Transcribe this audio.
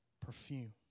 perfume